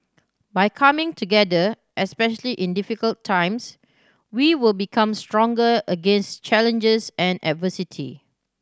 by coming together especially in difficult times we will become stronger against challenges and adversity